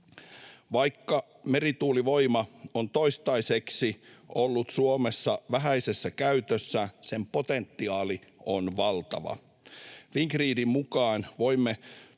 Vaikka merituulivoima on toistaiseksi ollut Suomessa vähäisessä käytössä, sen potentiaali on valtava.